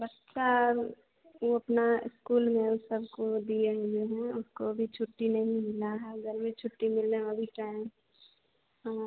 बच्चा वो अपना इस्कूल में है ऊ सबको दिए हुए हैं उसको अभी छुट्टी नहीं मिला है गर्मी की छुट्टी मिलने वाली टाइम हाँ